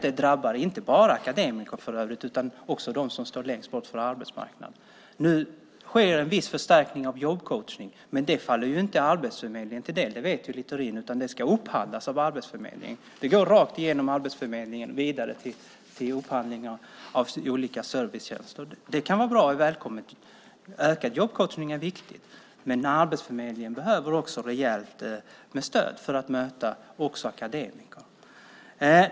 Det drabbar för övrigt inte bara akademiker utan också de personer som står längst bort från arbetsmarknaden. Nu sker en viss förstärkning av jobbcoachning. Men det kommer inte Arbetsförmedlingen till del - det vet Littorin - utan det ska upphandlas av Arbetsförmedlingen. Det går rakt igenom Arbetsförmedlingen vidare till upphandling av olika servicetjänster. Det kan vara bra och välkommet. Ökad jobbcoachning är viktig. Men Arbetsförmedlingen behöver också rejält med stöd för att möta även akademiker.